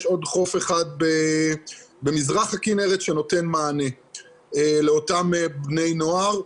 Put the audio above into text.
עוד חוף אחד במזרח הכנרת שנותן מענה לאותם בני נוער,